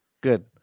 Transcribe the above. good